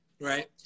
Right